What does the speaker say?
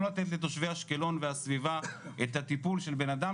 לא לתת לתושבי אשקלון והסביבה של בנאדם